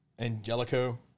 Angelico